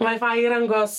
wifi įrangos